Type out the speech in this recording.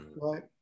right